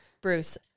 Bruce